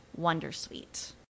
wondersuite